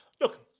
look